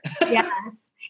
Yes